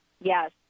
yes